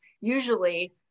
usually